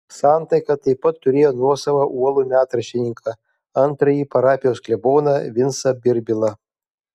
santaika taip pat turėjo nuosavą uolų metraštininką antrąjį parapijos kleboną vincą birbilą